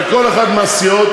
של כל אחת מהסיעות,